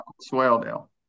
Swaledale